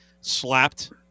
slapped